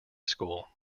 school